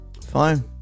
Fine